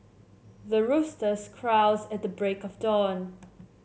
the roosters crows at the break of dawn